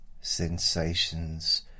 sensations